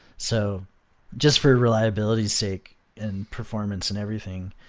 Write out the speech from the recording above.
so just for reliability's sake and performance and everything,